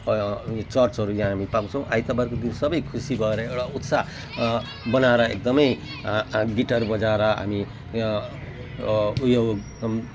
चर्चहरू यहाँ हामी पाउँछौँ आइतबारको दिन सबै खुसी भएर एउटा उत्साह बनाएर एकदमै गिटारहरू बजाएर हामी यो उयो